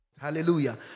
Hallelujah